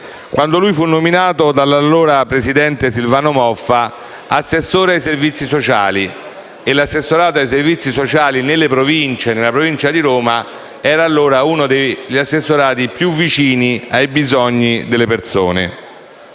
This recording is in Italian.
quando fu nominato, dall'allora presidente Silvano Moffa, assessore ai servizi sociali. E l'assessorato ai servizi sociali nella Provincia di Roma era, allora, uno degli incarichi più vicini ai bisogni delle persone.